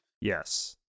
Yes